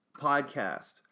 podcast